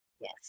Yes